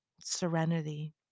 serenity